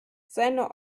seine